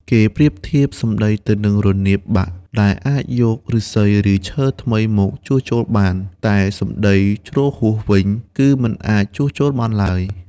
គេប្រៀបធៀបសម្តីទៅនឹង រនាបបាក់ ដែលអាចយកឫស្សីឬឈើថ្មីមកជួសជុលបាន តែ សម្ដីជ្រុលហួស វិញ គឺមិនអាចជួសជុលបានឡើយ។